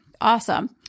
Awesome